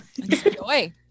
Joy